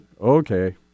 okay